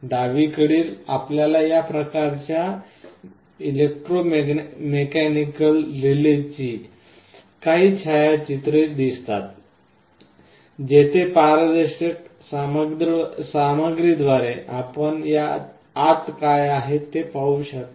डावीकडील आपल्याला या प्रकारच्या इलेक्ट्रोमेकॅनिकल रिलेची काही छायाचित्रे दिसतात जेथे पारदर्शक सामग्रीद्वारे आपण आत काय आहे ते पाहू शकता